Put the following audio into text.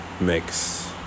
mix